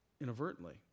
inadvertently